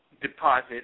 deposit